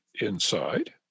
inside